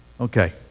Okay